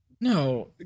No